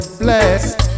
blessed